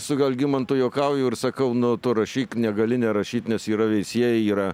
su algimantu juokauju ir sakau na tu rašyk negali nerašyt nes yra veisiejai yra